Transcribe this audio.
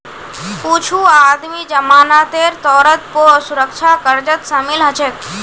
कुछू आदमी जमानतेर तौरत पौ सुरक्षा कर्जत शामिल हछेक